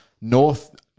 north